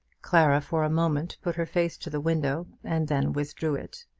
clara for a moment put her face to the window, and then withdrew it.